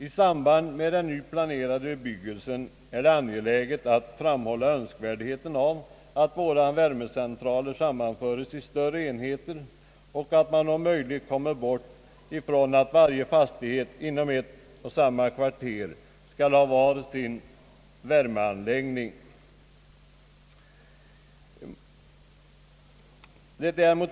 I samband med den planerade bebyggelsen är det angeläget att framhålla önskvärdheten av att värmecentralerna sammanföres i större enheter och att man om möjligt kommer bort från den ordningen att varje fastighet inom ett kvarter skall ha sin egen värmeanläggning.